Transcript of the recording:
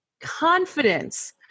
confidence